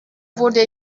wurde